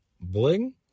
Bling